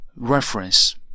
REFERENCE